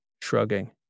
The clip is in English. shrugging